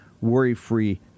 worry-free